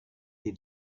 they